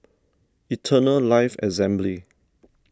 Eternal Life Assembly